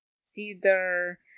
cedar